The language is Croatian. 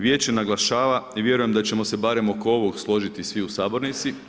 Vijeće naglašava i vjerujem da ćemo se barem oko ovog složiti svi u sabornici.